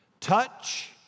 Touch